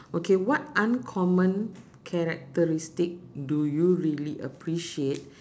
okay what uncommon characteristic do you really appreciate